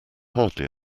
hardly